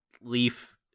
Leaf